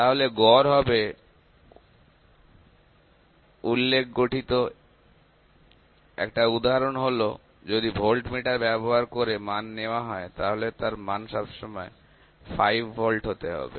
তাহলে গড় হবে উল্লেখ গঠিত একটা উদাহরণ হল যদি ভোল্ট মিটার ব্যবহার করে মান নেওয়া হয় তাহলে তার মান সবসময় 5 ভোল্ট হতে হবে